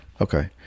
Okay